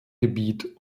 gebiet